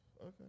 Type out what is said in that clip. Okay